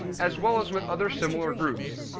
as well as with other similar groups,